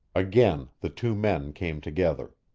again, the two men came together.